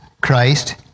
Christ